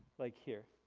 like here.